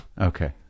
Okay